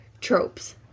tropes